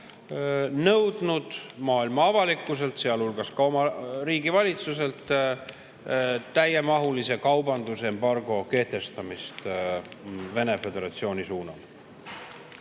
nõudnud maailma avalikkuselt, sealhulgas oma riigi valitsuselt, täiemahulise kaubandusembargo kehtestamist Vene föderatsioonile.